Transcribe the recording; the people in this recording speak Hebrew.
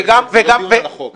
זה לא דיון על החוק.